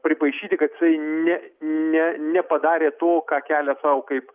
pripaišyti kad jisai ne ne nepadarė to ką kelia sau kaip